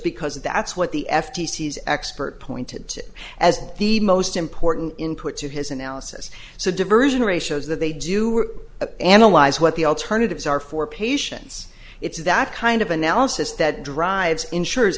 because that's what the f t c is a expert pointed as the most important input to his analysis so diversion ratios that they do were analyze what the alternatives are for patients it's that kind of analysis that drives insure